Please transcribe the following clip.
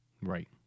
Right